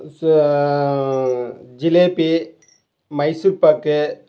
ச ஜிலேபி மைசூர் பாக்